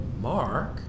Mark